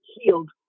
healed